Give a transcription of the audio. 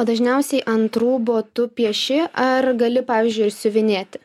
o dažniausiai ant rūbo tu pieši ar gali pavyzdžiui išsiuvinėti